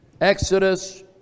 Exodus